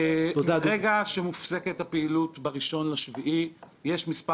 ברגע שמופסקת הפעילות ב-1 ביולי יש כמה